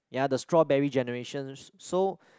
ya the strawberry generation so